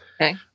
Okay